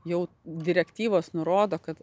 jau direktyvos nurodo kad